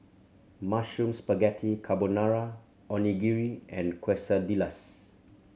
Mushroom Spaghetti Carbonara Onigiri and Quesadillas